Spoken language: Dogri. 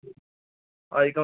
आई जाओ